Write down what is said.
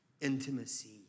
intimacy